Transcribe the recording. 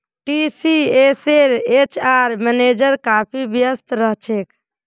टीसीएसेर HR manager काफी व्यस्त रह छेक